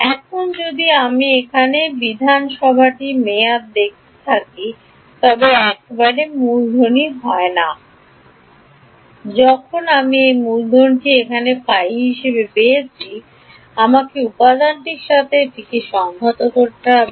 এখন যদি আমি এখানে বিধানসভাটির মেয়াদ ফিরে দেখি তবে একবার মূলধনই হয় না যখন আমি এই মূলধনটি এখানে ফাই পেয়েছি আমাকে উপাদানটির সাথে এটি সংহত করতে হবে